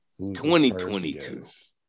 2022